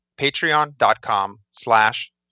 Patreon.com/slash